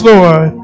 Lord